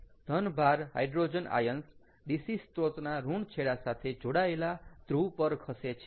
ધનભાર hydrogen ions DC સ્ત્રોતના ઋણ છેડા સાથે જોડાયેલા ધ્રુવ પર ખસે છે